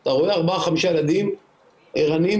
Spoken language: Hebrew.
אתה רואה ארבעה-חמישה ילדים ערניים,